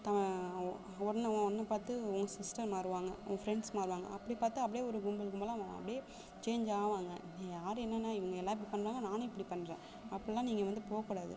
த உன்னை உன்னை பார்த்து உன் சிஸ்டர் மாறுவாங்க உன் ஃப்ரெண்ட்ஸ் மாறுவாங்க அப்படி பார்த்து அப்படியே ஒரு கும்பல் கும்பலாக அப்படியே சேஞ்ச் ஆவாங்க யார் என்னன்ன இவங்க எல்லாரும் இப்படி பண்ணுறாங்க நானும் இப்படி பண்ணுறேன் அப்படில்லாம் நீங்கள் வந்து போகக்கூடாது